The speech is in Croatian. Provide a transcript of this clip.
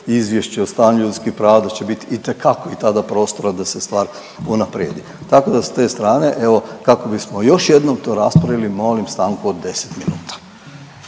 izvješće o stanju ljudskih prava da će biti itekako i tada prostora da se stvar unaprijedi. Tako da, s te strane, evo, kako bismo još jednom to raspravili, molim stanku od 10 minuta.